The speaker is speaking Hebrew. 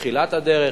בתחילת הדרך,